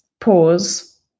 pause